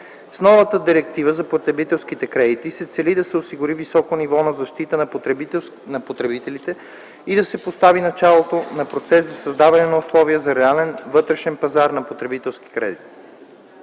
С новата директива за потребителските кредити се цели да се осигури високо ниво на защита на потребителите и да се постави началото на процес за създаване на условия за реален вътрешен пазар на потребителски кредити.